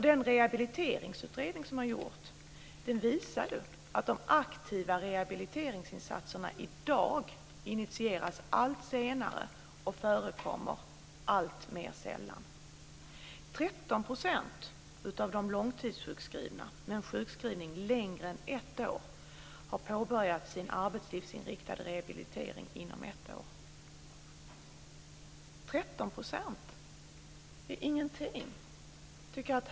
Den rehabiliteringsutredning som har gjorts visar ju att de aktiva rehabiliteringsinsatserna i dag initieras allt senare och förekommer alltmer sällan. 13 % av de långtidssjukskrivna, med en sjukskrivning längre än ett år, har påbörjat sin arbetslivsinriktade rehabilitering inom ett år. 13 % är ingenting.